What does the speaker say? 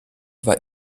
war